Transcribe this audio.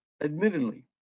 admittedly